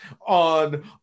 on